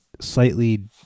slightly